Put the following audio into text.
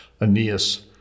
Aeneas